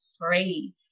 free